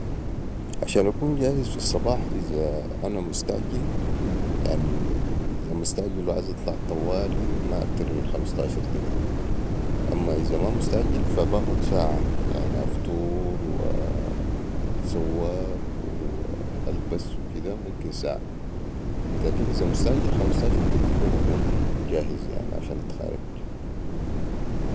عشان أكون جاهز في الصباح إذا أنا مستعجل يعني اذامستعجل وعايز اطلع طوالي ما اكتر من خمستاشر دقيقة اما اذا ما مستعجل فبأخد ساعه يعني أفطر واتسوك والبس وكده ممكن ساعه لكن اذا مستعجل خمستاشر دقيقة بكون جاهز عشان اتخارج